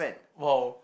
!wow!